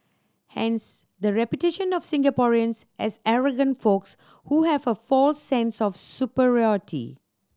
hence the reputation of Singaporeans as arrogant folks who have a false sense of superiority